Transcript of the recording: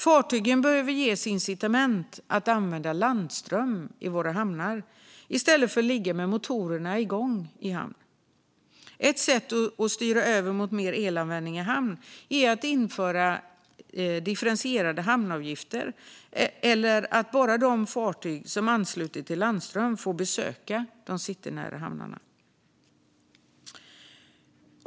Fartyg behöver ges incitament att använda landström i våra hamnar i stället för att ligga med motorerna igång. Ett sätt att styra över mot mer elanvändning i hamn är att införa differentierade hamnavgifter eller att bara de fartyg som ansluter till landström får besöka de citynära hamnarna.